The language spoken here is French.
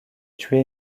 tué